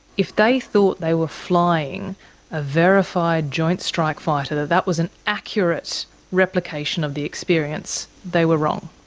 if they thought they were flying a verified joint strike fighter, that that was an accurate replication of the experience, they were wrong?